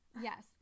yes